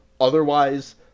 otherwise